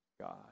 God